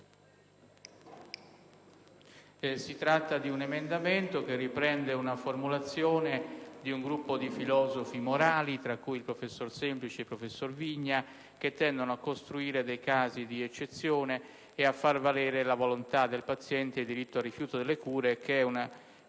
*(PD)*. L'emendamento 2.22 riprende una formulazione di un gruppo di filosofi morali, tra cui i professori Semplici e Vigna, che tendono a costruire casi di eccezione e a far valere la volontà paziente e il diritto al rifiuto delle cure: ciò è